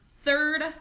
third